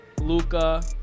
Luca